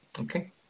Okay